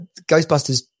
Ghostbusters